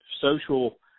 social